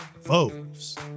Foes